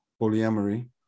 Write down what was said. polyamory